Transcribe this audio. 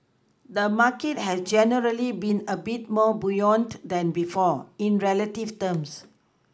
the market has generally been a bit more buoyant than before in relative terms